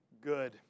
good